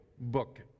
book